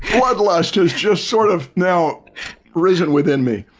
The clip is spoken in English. blood lust is just sort of now risen within me.